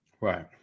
right